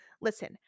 Listen